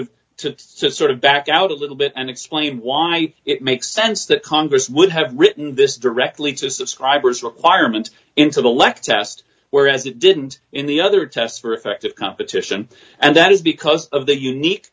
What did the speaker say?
to sort of back out a little bit and explain why it makes sense that congress would have written this directly to subscribers requirement intellect test whereas it didn't in the other test for effective competition and that is because of the unique